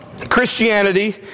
Christianity